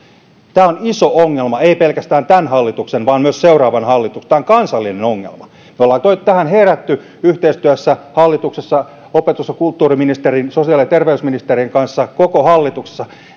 tämä on iso ongelma ei pelkästään tämän hallituksen vaan myös seuraavan hallituksen tämä on kansallinen ongelma me olemme tähän heränneet yhteistyössä opetus ja kulttuuriministerin sosiaali ja terveysministerin kanssa koko hallituksessa